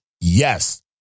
Yes